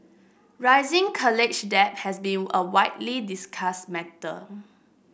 rising college debt has been a widely discussed matter